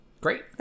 great